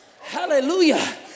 Hallelujah